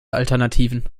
alternativen